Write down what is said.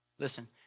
Listen